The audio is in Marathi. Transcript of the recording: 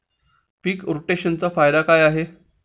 पीक रोटेशनचा फायदा काय आहे?